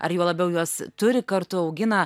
ar juo labiau juos turi kartu augina